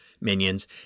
minions